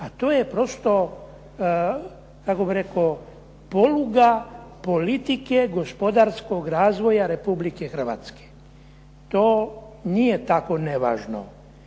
a to je prosto kako bih rekao poluga politike gospodarskog razvoja Republike Hrvatske. To nije tako nevažno.